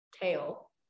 tail